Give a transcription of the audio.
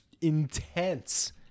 Intense